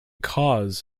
kos